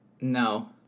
No